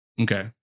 Okay